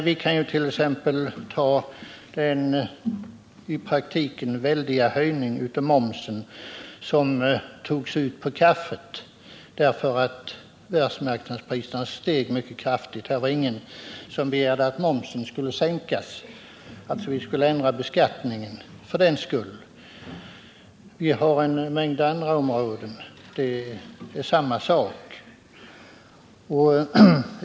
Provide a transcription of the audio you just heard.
Vi kan som exempel ta den i praktiken mycket stora höjningen av momsen som togs ut på kaffe på grund av att världsmarknadspriserna steg mycket kraftigt. Då var det ingen som begärde att momsen för den skull skulle sänkas, att vi skulle ändra beskattningen. Vi har en mängd andra områden där det är samma förhållande.